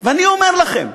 ואני אומר לכם,